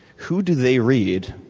who do they read?